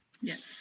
Yes